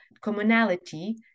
commonality